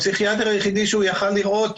הפסיכיאטר היחידי שהוא יכול היה לראות,